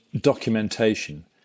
documentation